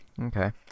okay